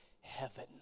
heaven